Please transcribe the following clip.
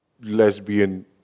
lesbian